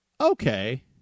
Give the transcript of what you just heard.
okay